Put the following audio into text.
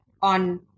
on